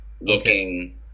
looking